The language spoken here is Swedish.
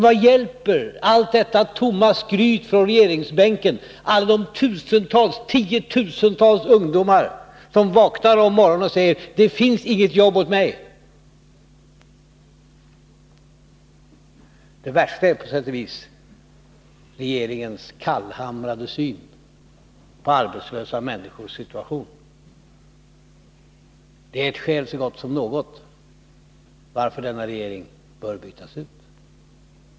Vad hjälper allt detta tomma skryt från regeringsbänken alla de 10 000-tals ungdomar som vaknar om morgonen och, var och en, säger: Det finns inget jobb åt mig. Det värsta är på sätt och vis regeringens kallhamrade syn på arbetslösa människors situation. Det är ett skäl så gott som något till att regeringen bör bytas ut.